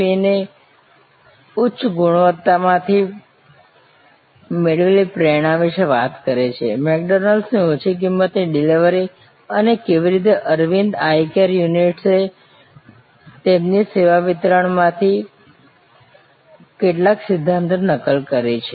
વીને ઉચ્ચ ગુણવત્તામાંથી મળેલી પ્રેરણા વિશે વાત કરે છે મેકડોનાલ્ડ્સની ઓછી કિંમતની ડિલિવરી અને કેવી રીતે અરવિંદ આઇ કેર યુનિટ્સે તેમની સેવા વિતરણમાં તેમાંથી કેટલાક સિદ્ધાંતોની નકલ કરી છે